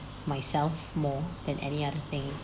myself more than any other thing